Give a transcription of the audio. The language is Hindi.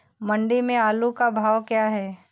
मंडी में आलू का भाव क्या है?